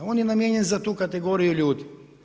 On je namijenjen za tu kategoriju ljudi.